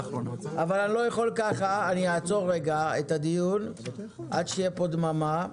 אני אעצור את הדיון, עד שיהיה פה דממה.